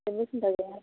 जेबो सिन्था गैया